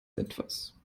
etwas